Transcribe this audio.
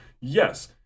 Yes